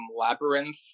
Labyrinth